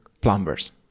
plumbers